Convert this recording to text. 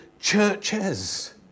Churches